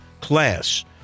class